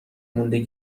مونده